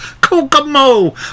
Kokomo